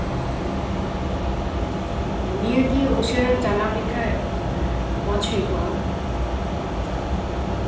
ᱦᱮᱸ ᱱᱤᱭᱟᱹ ᱜᱮ ᱩᱥᱟᱹᱨᱟ ᱡᱟᱱᱟᱣ ᱞᱮᱠᱷᱟᱡ ᱢᱚᱡᱽ ᱦᱩᱭ ᱠᱚᱜᱼᱟ